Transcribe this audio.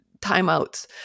timeouts